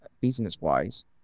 business-wise